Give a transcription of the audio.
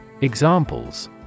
Examples